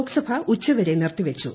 ലോക്സഭ ഉച്ചവരെ നിർത്തിവെച്ചു